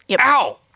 Ow